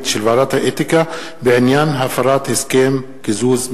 של ועדת האתיקה בעניין הפרת הסכם קיזוז.